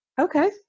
okay